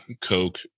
coke